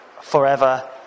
forever